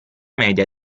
media